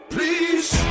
Please